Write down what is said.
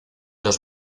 los